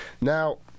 Now